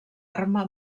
arma